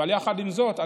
יחד עם זאת,